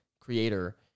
creator